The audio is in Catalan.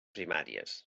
primàries